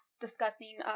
discussing